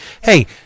Hey